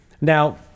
now